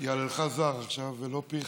יהללך זר ולא פיך.